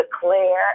declare